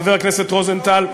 חבר הכנסת רוזנטל,